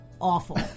awful